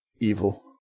evil